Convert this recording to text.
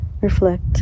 reflect